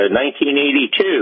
1982